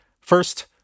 First